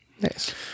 Nice